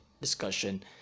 discussion